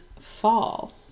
Fall